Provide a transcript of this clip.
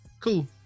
cool